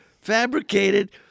fabricated